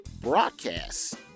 broadcast